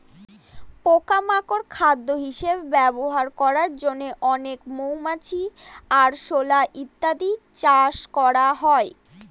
পোকা মাকড় খাদ্য হিসেবে ব্যবহার করার জন্য অনেক মৌমাছি, আরশোলা ইত্যাদি চাষ করা হয়